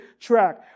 track